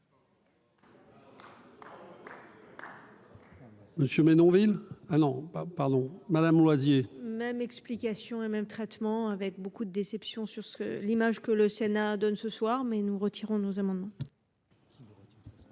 Monsieur Menonville ah non, pardon, madame Loisier. Même explication et même traitement avec beaucoup de déception sur ce que l'image que le Sénat donne ce soir mais nous retirons nos amendements.